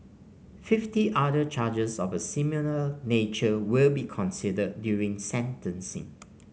fifty other charges of a similar nature will be considered during sentencing